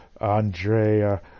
Andrea